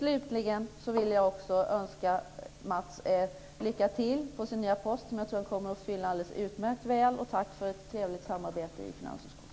Slutligen vill också jag önska Matz lycka till på sin nya post som jag tror att han kommer att fylla alldeles utmärkt väl. Tack för ett trevligt samarbete i finansutskottet!